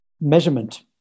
measurement